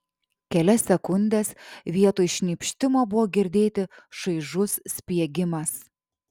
kelias sekundes vietoj šnypštimo buvo girdėti šaižus spiegimas